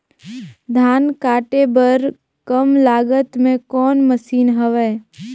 धान काटे बर कम लागत मे कौन मशीन हवय?